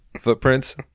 footprints